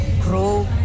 grow